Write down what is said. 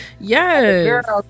yes